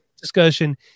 discussion